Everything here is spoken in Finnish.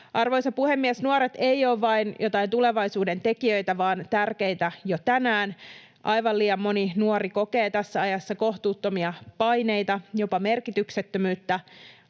Arvoisa puhemies! Nuoret eivät ole vain tulevaisuuden tekijöitä vaan tärkeitä jo tänään. Aivan liian moni nuori kokee tässä ajassa kohtuuttomia paineita, jopa merkityksettömyyttä.